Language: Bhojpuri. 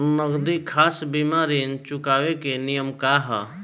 नगदी साख सीमा ऋण चुकावे के नियम का ह?